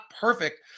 perfect